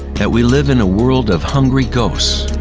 that we live in a world of hungry ghosts.